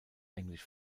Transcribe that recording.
englisch